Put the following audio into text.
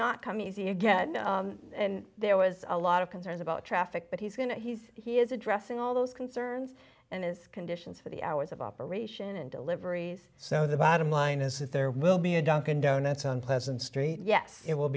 not come easy again and there was a lot of concerns about traffic but he's going to he is addressing all those concerns and his conditions for the hours of operation and deliveries so the bottom line is that there will be a dunkin donuts on pleasant street yes it will